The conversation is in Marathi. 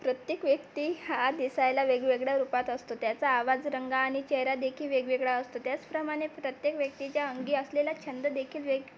प्रत्येक व्यक्ती हा दिसायला वेगवेगळ्या रुपात असतो त्याचा आवाज रंग आणि चेहरा देखील वेगवेगळा असतो त्याचप्रमाणे प्रत्येक व्यक्तीच्या अंगी असलेला छंद देखील वेग